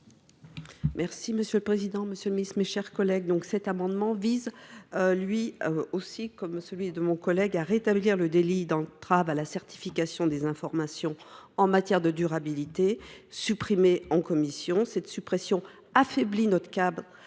avis. Monsieur le président, monsieur le ministre, mes chers collègues,